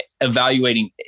evaluating